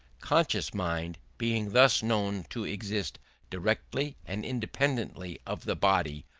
conscious mind, being thus known to exist directly and independently of the body,